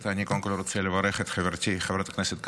אני קודם כול רוצה לברך את חברתי חברת הכנסת קארין